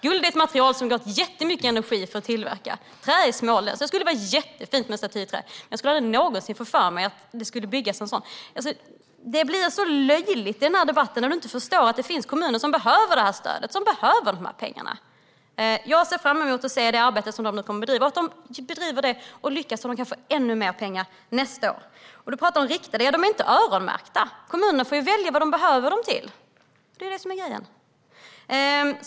Guld är ett material som det går åt jättemycket energi för att tillverka. Trä är småländskt. Det skulle vara jättefint med en staty i trä, men jag skulle aldrig någonsin få för mig att det skulle byggas en sådan. Det blir så löjligt i debatten när Ola Johansson inte förstår att det finns kommuner som behöver det här stödet. Jag ser fram emot att se det arbete som de nu kommer att bedriva, och om de lyckas med det arbetet kan de få ännu mer pengar nästa år. Ola Johansson talar om riktade pengar. Men de är inte öronmärkta. Kommunen får ju välja vad pengarna behövs till. Det är det som är grejen.